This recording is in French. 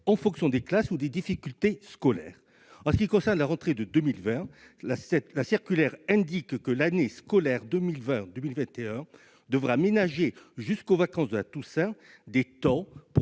en fonction des classes ou des difficultés scolaires ? En ce qui concerne la rentrée de 2020, la circulaire indique que l'année scolaire 2020-2021 devra ménager, jusqu'aux vacances de la Toussaint, des temps